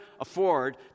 afford